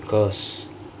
cause